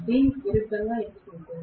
దీనికి విరుద్ధంగా ఎందుకు ఉంటుంది